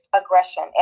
aggression